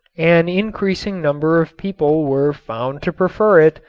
an increasing number of people were found to prefer it,